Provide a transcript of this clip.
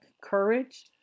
courage